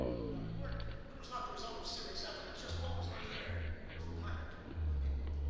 would not have worked. but was not the result of serious effort. it was just what was in the air. it was the climate of opinion.